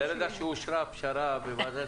ברגע שאושרה הפשרה בוועדת